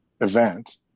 event